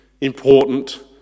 important